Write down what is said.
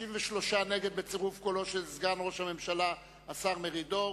33 נגד בצירוף קולו של סגן ראש הממשלה השר מרידור,